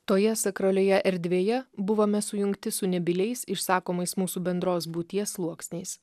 toje sakralioje erdvėje buvome sujungti su nebyliais išsakomais mūsų bendros būties sluoksniais